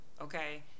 Okay